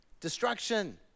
destruction